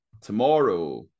Tomorrow